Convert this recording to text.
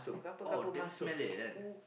oh damn smelly like that